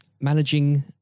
managing